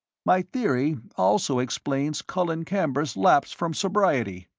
my theory also explains colin camber's lapse from sobriety.